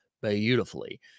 beautifully